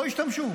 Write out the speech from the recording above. לא ישתמשו.